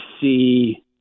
see